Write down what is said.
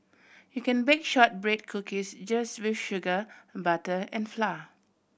you can bake shortbread cookies just with sugar butter and flour